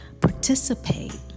participate